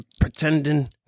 pretending